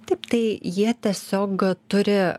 taip tai jie tiesiog turi